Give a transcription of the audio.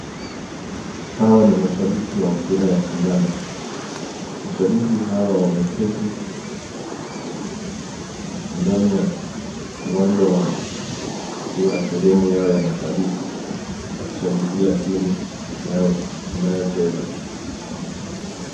Hawa ni mashabiki wa mpira wa kandanda. Mashabiki hawa wameketi ndani ya uwanja wa mpira sehemu yao ya mashabiki, wakishabikia timu yao inayocheza.